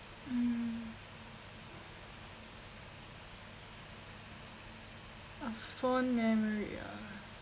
mm a fond memory ah